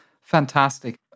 fantastic